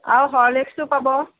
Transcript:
আৰু হৰলিক্সটো পাব